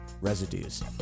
Residues